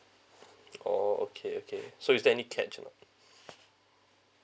orh okay okay so is there any catch or not